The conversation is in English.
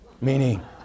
meaning